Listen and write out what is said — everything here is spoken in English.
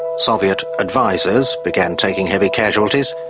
soviet advisors began taking heavy casualties,